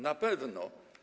Na pewno.